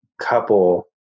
couple